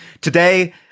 Today